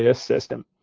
ah system.